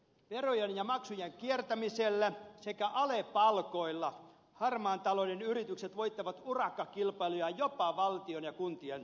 verojen ja maksujen kiertämisellä sekä alepalkoilla harmaan talouden yritykset voittavat urakkakilpailuja jopa valtion ja kuntien hankkeissa